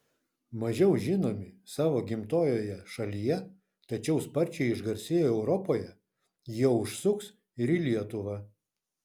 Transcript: mažiau žinomi savo gimtojoje šalyje tačiau sparčiai išgarsėję europoje jie užsuks ir į lietuvą